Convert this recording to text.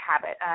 habit